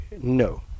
No